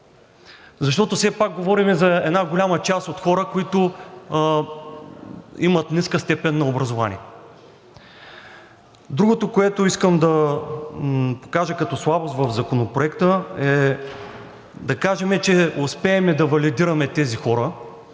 Защото все пак говорим за една голяма част от хора, които имат ниска степен на образование. Другото, което искам да кажа като слабост в Законопроекта. Да кажем, че успеем да валидираме тези хора,